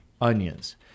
onions